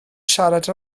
siarad